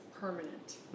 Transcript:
permanent